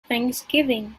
thanksgiving